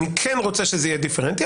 אני כן רוצה שזה יהיה דיפרנטי,